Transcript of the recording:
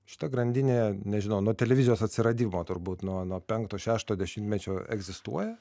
šita grandinė nežinau nuo televizijos atsiradimo turbūt nuo penkto šešto dešimtmečio egzistuoja